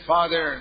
Father